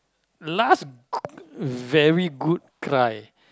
last very good cry